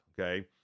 Okay